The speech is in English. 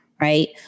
Right